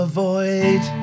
Avoid